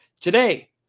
Today